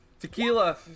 Tequila